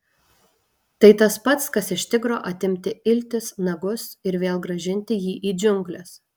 tai tas pats kas iš tigro atimti iltis nagus ir vėl grąžinti jį į džiungles